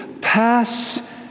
pass